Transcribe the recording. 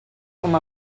com